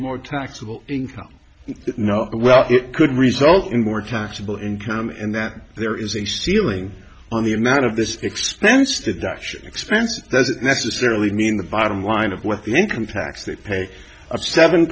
more taxable income no well it could result in more taxable income and that there is a ceiling on the amount of this expense deduction expense doesn't necessarily mean the bottom line of what the income tax they pay a seven